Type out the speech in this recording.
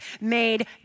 made